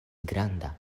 granda